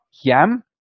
yam